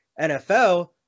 NFL